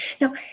Now